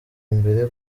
imbere